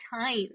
time